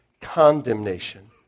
condemnation